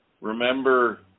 remember –